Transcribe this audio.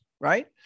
right